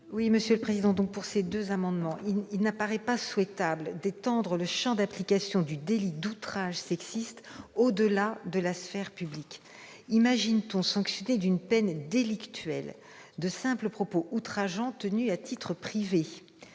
que proposent les auteurs de ces amendements identiques, il n'apparaît pas souhaitable d'étendre le champ d'application du délit d'outrage sexiste au-delà de la sphère publique. Imagine-t-on sanctionner d'une peine délictuelle de simples propos outrageants tenus à titre privé ?